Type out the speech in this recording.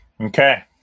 Okay